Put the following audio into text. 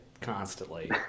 constantly